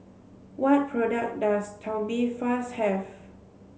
what product does Tubifast have